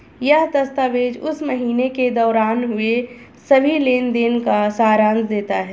यह दस्तावेज़ उस महीने के दौरान हुए सभी लेन देन का सारांश देता है